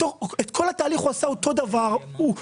הוא עשה אותו הדבר את כל התהליך,